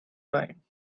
time